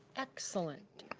excellent.